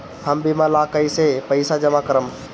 हम बीमा ला कईसे पईसा जमा करम?